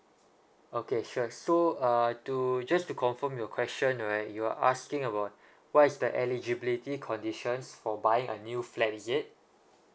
okay sure so uh to just to confirm your question right you're asking about what is the eligibility conditions for buying a new flat is it